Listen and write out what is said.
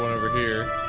over here